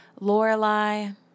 Lorelai